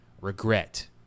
regret